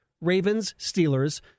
Ravens-Steelers